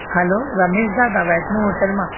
hello Ramesh दादा Vaishno hotel मां